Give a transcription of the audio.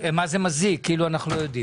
לכן הגיעה הטיוטה.